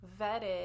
vetted